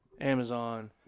Amazon